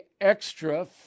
extra